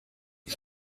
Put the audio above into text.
ich